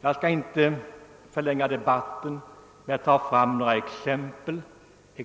Jag skall inte förlänga debatten genom att ta fram några exempel.